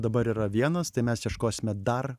dabar yra vienas tai mes ieškosime dar